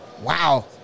Wow